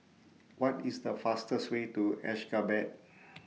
What IS The fastest Way to Ashgabat